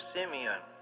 Simeon